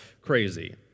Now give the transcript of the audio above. crazy